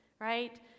right